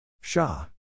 Shah